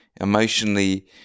emotionally